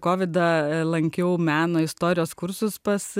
ko vida lankiau meno istorijos kursus pas